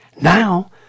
Now